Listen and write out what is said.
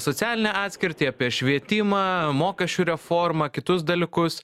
socialinę atskirtį apie švietimą mokesčių reformą kitus dalykus